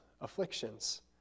afflictions